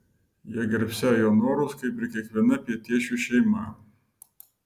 jie gerbsią jo norus kaip ir kiekviena pietiečių šeima